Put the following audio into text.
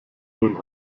ulm